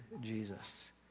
Jesus